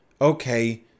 okay